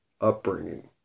upbringing